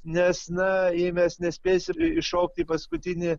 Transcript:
nes na jei mes nespėsim iššokti į paskutinį